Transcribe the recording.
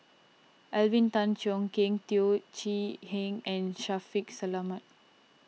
Alvin Tan Cheong Kheng Teo Chee Hean and Shaffiq Selamat